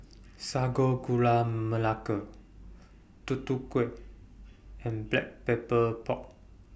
Sago Gula Melaka Tutu Kueh and Black Pepper Pork